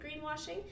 greenwashing